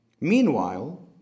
Meanwhile